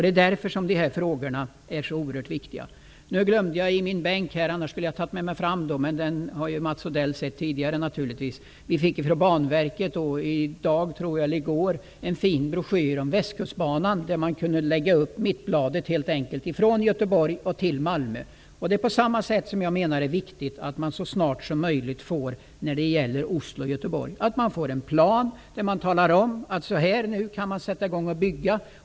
Det är därför som de här frågorna är så oerhört viktiga. Mats Odell har naturligtvis sett den fina broschyr som vi fick från Banverket i går om Västkustbanan. Man kunde helt enkelt lägga upp mittbladet och se hela sträckan från Göteborg till Malmö. Det är samma slags plan jag menar att det är viktigt att man så snart som möjligt får när det gäller Oslo-- Göteborg, där man talar om hur man kan sätta i gång att bygga.